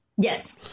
Yes